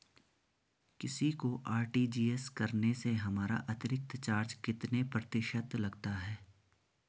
किसी को आर.टी.जी.एस करने से हमारा अतिरिक्त चार्ज कितने प्रतिशत लगता है?